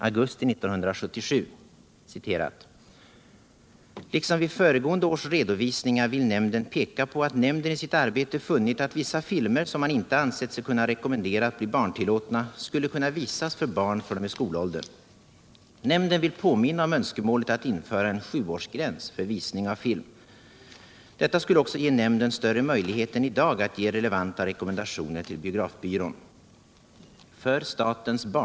—-—-- ”Liksom vid föregående års redovisningar vill nämnden peka på att nämnden i sitt arbete funnit att vissa filmer som man inte ansett sig kunna rekommendera att bli barntillåtna, skulle kunna visas för barn fr.o.m. skolåldern. Nämnden vill påminna om önskemålet att införa en sjuårsgräns för visning av film. Detta skulle också ge nämnden större möjlighet än idag att ge relevanta rekommendationer till biografbyrån.